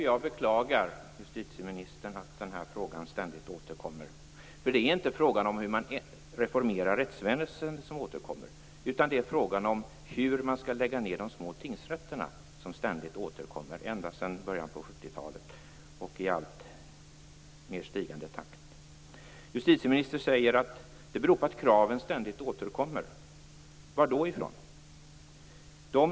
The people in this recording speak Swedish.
Fru talman! Ja, justitieministern, jag beklagar att den här frågan ständigt återkommer. Det är inte frågan om hur man reformerar rättsväsendet som återkommer, utan det är frågan om hur man skall lägga ned de små tingsrätterna som ständigt har återkommit allt oftare ända sedan början av 70-talet. Justitieministern säger att det beror på att kraven ständigt återkommer. Varifrån?